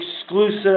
Exclusive